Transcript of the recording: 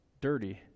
dirty